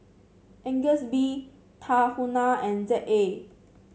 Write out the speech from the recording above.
Agnes B Tahuna and Z A